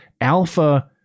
alpha